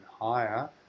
higher